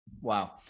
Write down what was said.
Wow